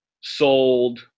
sold